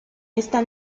esta